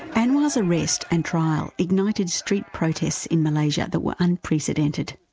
anwar's arrest and trial ignited street protests in malaysia that were unprecedented.